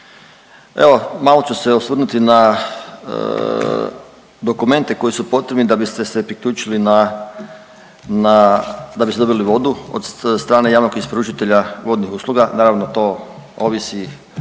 Evo malo ću se osvrnuti na dokumente koji su potrebni da bi ste se priključili da biste dobili vodu od strane javnog isporučitelja vodnih usluga, naravno to ovisi